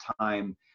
time